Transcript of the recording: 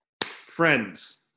friends